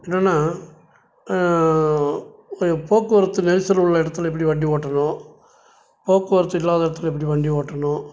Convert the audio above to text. என்னென்னா ஐய போக்குவரத்து நெரிசல் உள்ள இடத்துல எப்படி வண்டி ஓட்டணும் போக்குவரத்து இல்லாத இடத்துல எப்படி வண்டி ஓட்டணும்